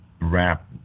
wrap